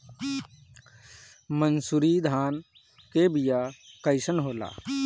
मनसुरी धान के बिया कईसन होला?